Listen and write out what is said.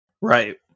Right